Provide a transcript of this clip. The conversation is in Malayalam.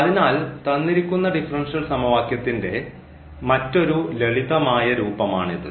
അതിനാൽ തന്നിരിക്കുന്ന ഡിഫറൻഷ്യൽ സമവാക്യത്തിന്റെ മറ്റൊരു ലളിതമായ രൂപമാണിത്